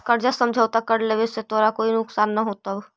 कर्जा समझौता कर लेवे से तोरा कोई नुकसान न होतवऽ